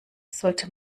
sollte